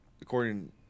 according